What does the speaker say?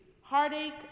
heartache